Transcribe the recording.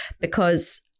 because-